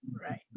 Right